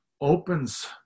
opens